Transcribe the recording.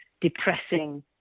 depressing